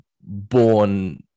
born